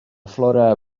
flora